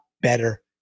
better